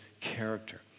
character